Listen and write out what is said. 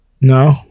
No